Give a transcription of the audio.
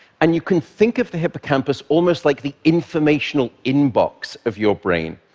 and you can think of the hippocampus almost like the informational inbox of your brain.